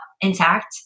intact